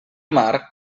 mar